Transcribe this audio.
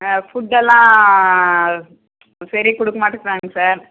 ஆ ஃபுட்டெல்லாம் சரியா கொடுக்கமாட்டுக்குறாங்க சார்